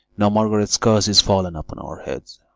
now margaret's curse is fallen upon our heads,